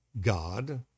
God